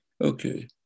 Okay